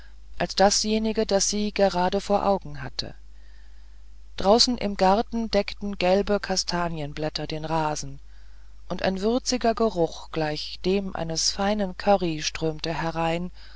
als dasjenige das sie gerade vor augen hatte draußen im garten deckten gelbe kastanienblätter den rasen und ein würziger geruch gleich dem eines feinen curry strömte herein